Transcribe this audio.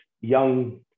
young